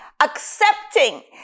accepting